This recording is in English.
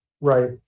Right